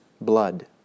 blood